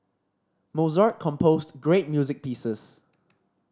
Mozart composed great music pieces